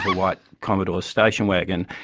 white commodore station wagon.